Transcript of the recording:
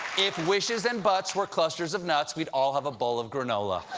if wishes and butts were clusters of nuts, we'd all have a bowl of granola.